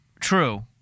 True